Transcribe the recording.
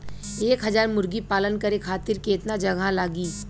एक हज़ार मुर्गी पालन करे खातिर केतना जगह लागी?